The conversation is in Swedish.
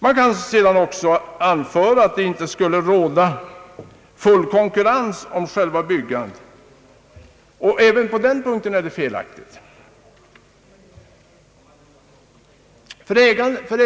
Att det sedan inte skulle råda fri konkurrens inom själva byggandet anser jag vara en helt felaktig uppfattning.